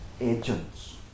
agents